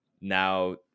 now